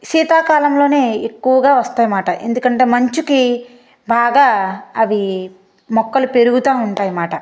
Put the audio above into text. శీతాకాలంలోనే ఎక్కువగా వస్తాయమాట ఎందుకంటే మంచుకి బాగా అవి మొక్కలు పెరుగతా ఉంటాయమాట